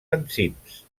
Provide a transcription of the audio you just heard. enzims